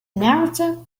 narrator